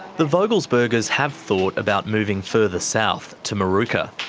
the vogelsbergers have thought about moving further south to moorooka,